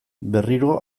berriro